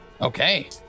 Okay